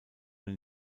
den